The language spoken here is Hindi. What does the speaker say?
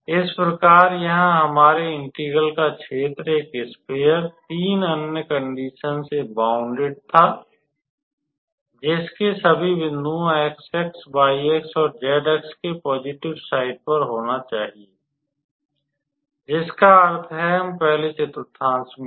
इस प्रकार यहाँ हमारे इंटेग्रल का क्षेत्र एक स्फेयर तीन अन्य कंडिशन्स से बौंडेड था जिसके सभी बिंदुओं x अक्ष y अक्ष और z अक्ष के पॉज़िटिव साइड पर होना चाहिए जिसका अर्थ है हम पहले चतुर्थांश मैं हैं